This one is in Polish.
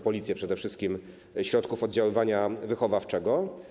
Policję przede wszystkim, środków oddziaływania wychowawczego.